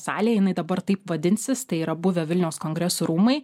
salėj jinai dabar taip vadinsis tai yra buvę vilniaus kongresų rūmai